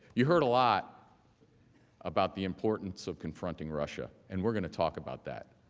you heard a lot about the importance of confronting russia, and we are going to talk about that,